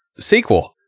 SQL